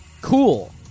Cool